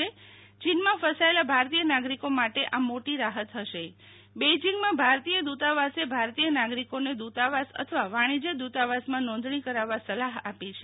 યીનમાં ફસાયેલા ભારતીય નાગરિકો માટે મોટી રાહત રહેશે બેઈજિંગમાં ભારતીય દુતાવાસે ભારતીય નાગરિકોને દુતાવાસ અથવા વાણિયજ દુતાવાસમાં નોંધણી કરાવવા સલાફ આપી છે